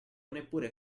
neppure